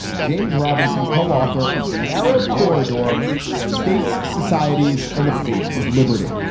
james robinson co-author of the narrow corridor states societies and the fate of liberty.